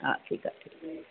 हा ठीक आहे ठीक आहे